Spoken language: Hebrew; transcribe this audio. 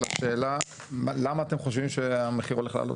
השאלה למה אתם חושבים שהמחיר הולך לעלות?